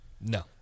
No